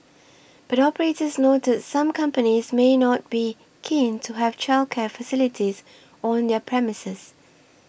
but operators noted some companies may not be keen to have childcare facilities on their premises